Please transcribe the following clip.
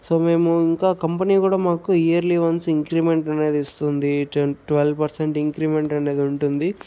so మేము ఇంకా company కూడా మాకు ఇయర్లీ వన్స్ ఇంక్రిమెంట్ అనేది ఇస్తుంది టెన్ ట్వల్ పర్సెంట్ ఇంక్రిమెంట్ అనేది ఉంటుంది